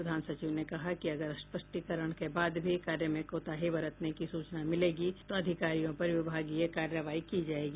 प्रधान सचिव ने कहा कि अगर स्पष्टीकरण के बाद भी कार्य में कोताही बरतने की सूचना मिलेगी तो अधिकारियों पर विभागीय कार्रवाई की जायेगी